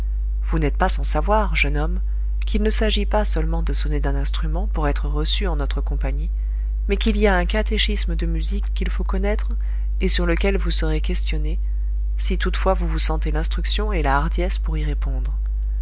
vous n'êtes pas sans savoir jeune homme qu'il ne s'agit pas seulement de sonner d'un instrument pour être reçu en notre compagnie mais qu'il y a un catéchisme de musique qu'il faut connaître et sur lequel vous serez questionné si toutefois vous vous sentez l'instruction et la hardiesse pour y répondre